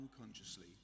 unconsciously